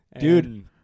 Dude